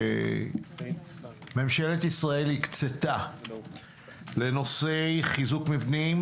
ממשלת ישראל הקצתה לנושא חיזוק מבנים,